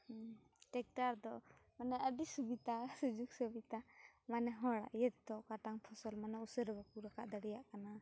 tractor ᱫᱚ ᱟᱹᱰᱤ ᱥᱩᱵᱤᱫᱷᱟ ᱥᱩᱡᱳᱜ ᱥᱩᱵᱤᱫᱷᱟ ᱢᱟᱱᱮ ᱦᱚᱲᱟᱝ ᱤᱭᱟᱹ ᱛᱮᱫᱚ ᱚᱠᱟᱴᱟᱝ ᱯᱷᱚᱥᱚᱞ ᱢᱟᱱᱮ ᱩᱥᱟᱹᱨᱟ ᱵᱟᱠᱚ ᱨᱟᱠᱟᱵ ᱫᱲᱮᱭᱟᱜ ᱠᱟᱱᱟ